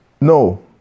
no